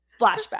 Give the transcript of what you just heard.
Flashback